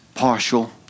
partial